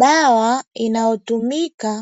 Dawa inayotumika